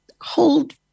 hold